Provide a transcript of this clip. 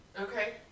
Okay